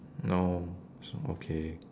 no so okay